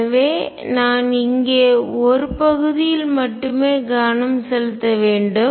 எனவே நான் இங்கே ஒரு பகுதியில் மட்டுமே கவனம் செலுத்த வேண்டும்